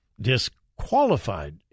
disqualified